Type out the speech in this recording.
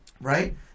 right